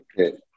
Okay